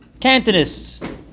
Cantonists